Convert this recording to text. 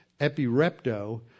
epirepto